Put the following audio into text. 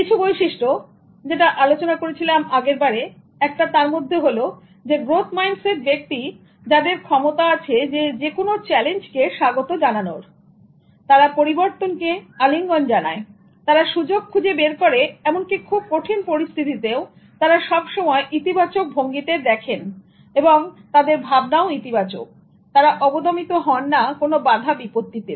কিছু বৈশিষ্ট্য যেটা আলোচনা করেছিলাম আগের বারে একটা তার মধ্যে হলো গ্রোথ মাইন্ড সেট ব্যক্তি যাদের ক্ষমতা আছে চ্যালেঞ্জ কে স্বাগত জানানোর তারা পরিবর্তনকে আলিঙ্গন জানায় তারা সুযোগ খুঁজে বের করে এমনকি খুব কঠিন পরিস্থিতিতেও তারা সব সময় ইতিবাচক ভঙ্গিতে দেখেন এবং তাদের ভাবনাও ইতিবাচক তারা অবদমিত হন না কোনো বাধা বিপত্তিতে